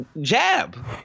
Jab